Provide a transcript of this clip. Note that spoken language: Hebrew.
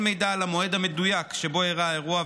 מידע על המועד המדויק שבו אירע האירוע,